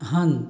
हाँ